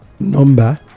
number